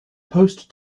post